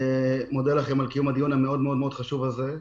אני מודה לכם על קיום הדיון החשוב מאוד הזה.